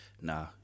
nah